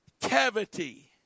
Cavity